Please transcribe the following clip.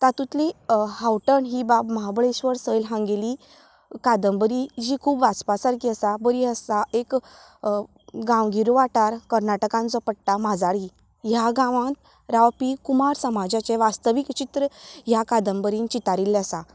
तातूंतली हांवठण ही बाब महाबळेश्वर सैल हांगेली कादंबरी जी खूब वाचपा सारकी आसा बरी आसा एक गांवगिरो वाठार कर्नाटकांत जो पडटा माजाळी ह्या गावांत रावपी कुंबार समाजाचे वास्तवीक जिवीत ह्या कादंबरेंत चितारिल्ले आसा